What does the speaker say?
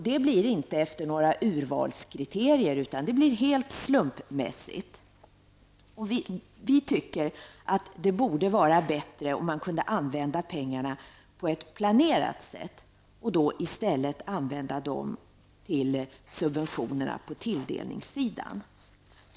Det blir inte efter några urvalskriterier, utan det blir helt slumpmässigt. Vi tycker att det borde vara bättre om man kunde använda pengarna på ett planerat sätt, till subventioner på tilldelningssidan.